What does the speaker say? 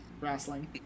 Wrestling